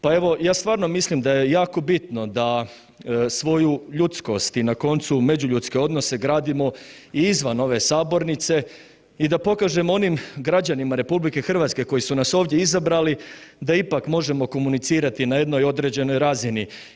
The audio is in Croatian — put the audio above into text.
Pa evo, ja stvarno mislim da je jako bitno da svoju ljudskost i na koncu međuljudske odnose gradimo i izvan ove sabornice i da pokažemo onim građanima RH koji su nas ovdje izabrali da ipak možemo komunicirati na jednoj određenoj razini.